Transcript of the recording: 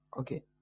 okay